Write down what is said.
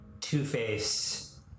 Two-Face